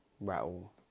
rattle